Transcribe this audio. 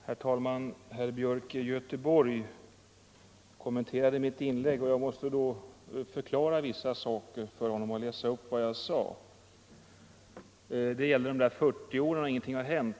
Herr talman! Herr Gösta Gustafsson i Göteborg kommenterade mitt inlägg. Jag måste då förklara vissa saker för honom och läsa upp vad jag sade i mitt anförande.